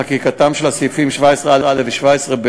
חקיקתם של סעיפים 17א ו-17ב